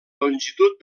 longitud